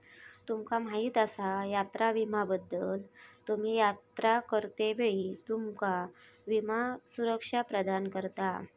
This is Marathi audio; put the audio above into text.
तुमका माहीत आसा यात्रा विम्याबद्दल?, तुम्ही यात्रा करतेवेळी तुमका विमा सुरक्षा प्रदान करता